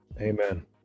Amen